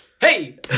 Hey